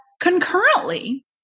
Concurrently